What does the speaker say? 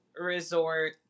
Resort